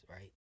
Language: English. right